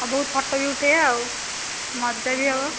ହଁ ବହୁତ ଫୋଟୋ ବି ଉଠାଇବା ଆଉ ମଜା ବି ହେବ